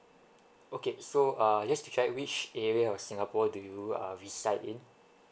okay so uh just to check which area of singapore do you uh reside in